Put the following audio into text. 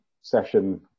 session